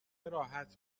راحت